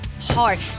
hard